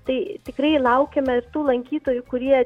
tai tikrai laukiame ir tų lankytojų kurie